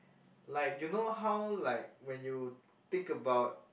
like you know how like when you think about